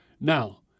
Now